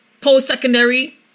post-secondary